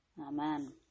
Amen